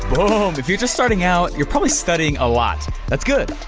boom, if you're just starting out, you're probably studying a lot. that's good,